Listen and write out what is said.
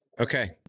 Okay